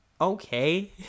Okay